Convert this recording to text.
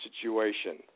situation